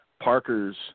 Parker's